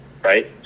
Right